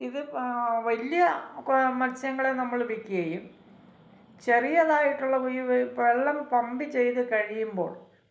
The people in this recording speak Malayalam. ഇത് വലിയ കൊ മത്സ്യങ്ങളെ നമ്മൾ വിൽക്കുകയും ചെറിയതായിട്ടുള്ള ഈ വെള്ളം പമ്പ് ചെയ്ത് കഴിയുമ്പോൾ